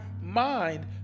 mind